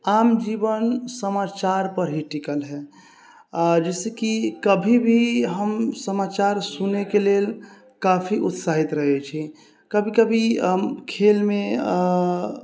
आम जीवन समाचारपर ही टिकल हय आओर जैसे कि कभी भी हम समाचार सुनैके लेल काफी उत्साहित रहै छी कभी कभी हम खेलमे